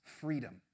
freedom